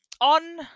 on